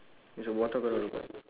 it's a water